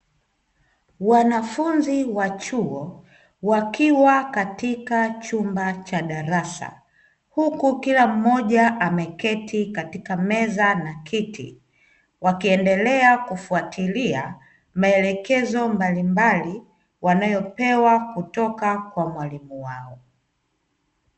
Wanafunzi wa chuo wakiwa katika chumba cha darasa, huku kila mmoja ameketi katika meza na kiti, wakiendelea kufuatilia maelekezo mbalimbali wanayopewa kutoka kwa mwalimu wao.